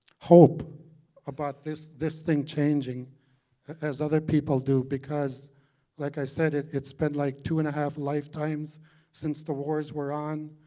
hope about this this thing changing as other people do because like i said it's it's been like two and a half lifetimes since the wars were on,